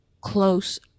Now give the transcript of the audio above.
close